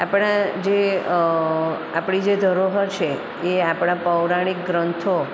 આપણા જે આપણી જે ધરોહર છે એ આપણા પૌરાણિક ગ્રંથો